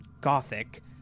gothic